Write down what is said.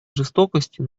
жестокости